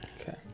okay